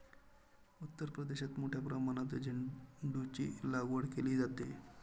उत्तर प्रदेशात मोठ्या प्रमाणात झेंडूचीलागवड केली जाते